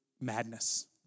madness